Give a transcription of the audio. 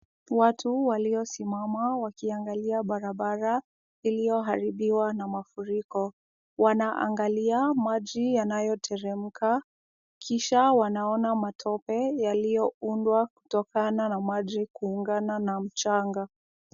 Watu waliosimama wakiangalia barabara iliyoharibiwa na mafuriko. Wanaangalia maji yanayoteremka kisha wanaona matope yaliyoundwa kutokana na maji kuungana na mchanga.